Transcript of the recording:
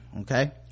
Okay